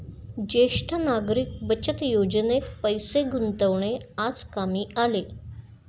ज्येष्ठ नागरिक बचत योजनेत पैसे गुंतवणे आज कामी आले